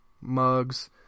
mugs